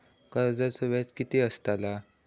कर्जाचो व्याज कीती असताला?